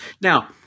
Now